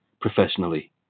professionally